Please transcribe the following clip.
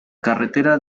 carretera